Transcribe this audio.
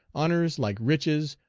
honors, like riches,